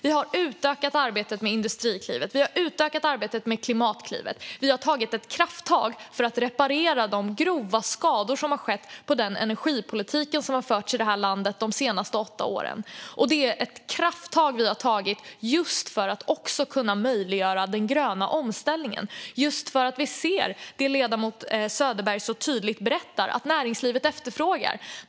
Vi har utökat arbetet med Industriklivet och Klimatklivet, och vi har tagit ett krafttag för att reparera de grova skador som har skett med den energipolitik som har förts i det här landet de senaste åtta åren. Det är ett krafttag vi har tagit för att kunna möjliggöra den gröna omställningen, just för att vi ser det som ledamoten Söderberg så tydligt berättar att näringslivet efterfrågar.